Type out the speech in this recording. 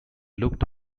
looked